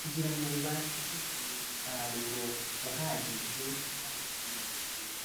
kugira ngo bibashe kugira umusaruro uhagije kandi ushimishije.